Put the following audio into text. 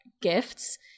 gifts